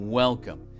welcome